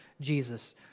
Jesus